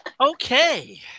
Okay